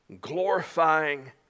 glorifying